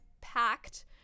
packed